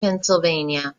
pennsylvania